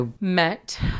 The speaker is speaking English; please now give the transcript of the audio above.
met